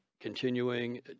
continuing